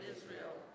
Israel